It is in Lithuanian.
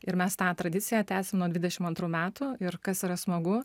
ir mes tą tradiciją tęsiam nuo dvidešim antrų metų ir kas yra smagu